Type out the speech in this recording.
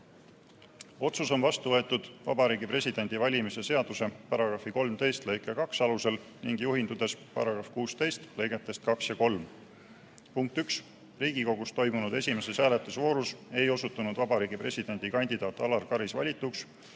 "Otsus on vastu võetud Vabariigi Presidendi valimise seaduse § 13 lõike 2 alusel ning juhindudes § 16 lõigetest 2 ja 3. Punkt 1: Riigikogus toimunud esimeses hääletusvoorus ei osutunud Vabariigi Presidendi kandidaat Alar Karis valituks,